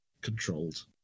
controlled